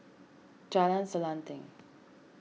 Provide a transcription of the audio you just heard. Jalan Selanting